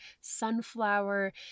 sunflower